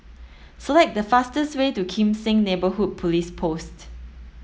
select the fastest way to Kim Seng Neighbourhood Police Post